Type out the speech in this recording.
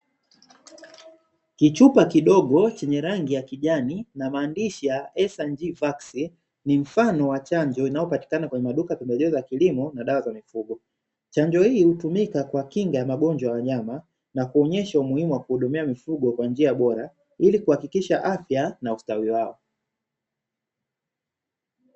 Kichupa kidogo chenye rangi ya kijani na maandishi, ni mfano wa chanjo inayopatikana kwenye maduka ya kilimo na dawa, chanjo hii hutumika kwa kinga ya magonjwa na kuonyesha umuhimu wa kuhudumia mifugo kwa njia bora ili kuhakikisha afya na ustawi wao.